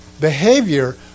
behavior